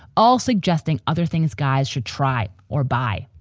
all suggesting other things guys should try or buy.